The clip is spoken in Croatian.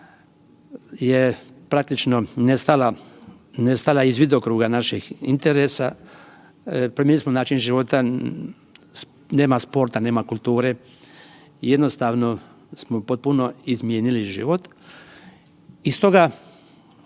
je praktično nestala, nestala iz vidokruga naših interesa, promijenili smo način života nema sporta, nema kulture jednostavno smo potpuno izmijenili život i stoga